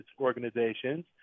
organizations